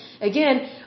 again